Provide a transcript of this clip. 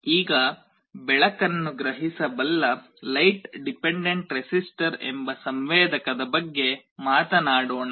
ಈಗ ಬೆಳಕನ್ನು ಗ್ರಹಿಸಬಲ್ಲ ಲೈಟ್ ಡಿಪೆಂಡೆಂಟ್ ರೆಸಿಸ್ಟರ್ ಎಂಬ ಸಂವೇದಕದ ಬಗ್ಗೆ ಮಾತನಾಡೋಣ